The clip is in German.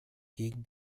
gegen